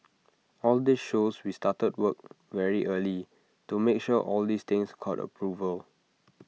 all this shows we started work very early to make sure all these things got approval